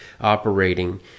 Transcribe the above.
operating